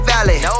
Valley